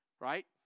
right